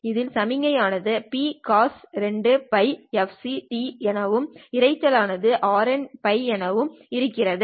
இதில் சமிக்ஞை ஆனது Pcos2πfct எனவும் இரைச்சல் ஆனது RNτ எனவும் இருக்கிறது